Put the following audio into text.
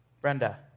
Brenda